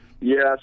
Yes